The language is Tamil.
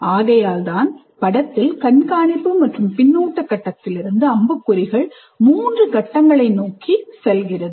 ஆகையால் தான் படத்தில் கண்காணிப்பு மற்றும் பின்னூட்ட கட்டத்திலிருந்து அம்புக்குறிகள் மூன்று கட்டங்களை நோக்கி செல்கின்றது